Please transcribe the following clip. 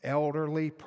elderly